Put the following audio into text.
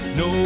no